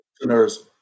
listeners